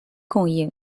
供应